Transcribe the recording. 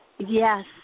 Yes